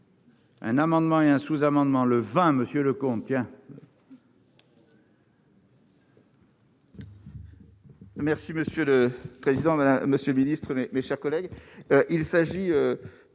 Un amendement et un sous-amendement le vin monsieur Leconte. Merci